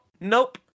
nope